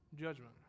judgment